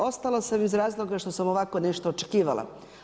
Ostala sam iz razloga, što sam ovakvo nešto očekivala.